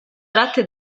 tratte